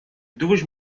duas